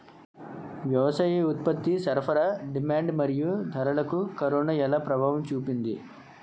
వ్యవసాయ ఉత్పత్తి సరఫరా డిమాండ్ మరియు ధరలకు కరోనా ఎలా ప్రభావం చూపింది